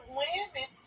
women